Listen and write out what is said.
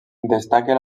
destaca